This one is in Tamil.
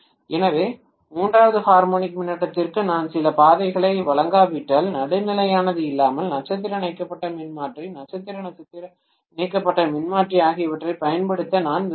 எனவே மூன்றாவது ஹார்மோனிக் மின்னோட்டத்திற்கு நான் சில பாதைகளை வழங்காவிட்டால் நடுநிலையானது இல்லாமல் நட்சத்திர இணைக்கப்பட்ட மின்மாற்றி நட்சத்திர நட்சத்திர இணைக்கப்பட்ட மின்மாற்றி ஆகியவற்றைப் பயன்படுத்த நான் விரும்பவில்லை